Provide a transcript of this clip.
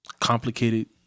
complicated